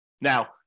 Now